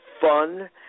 fun